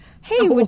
Hey